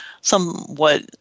somewhat